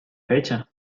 fecha